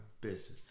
business